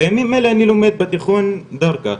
בימים אלה אני לומד בתיכון ברכה,